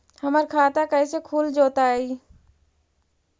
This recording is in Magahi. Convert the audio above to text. हमर खाता कैसे खुल जोताई?